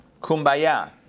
kumbaya